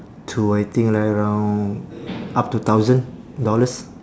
to I think like around up to thousand dollars